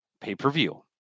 pay-per-view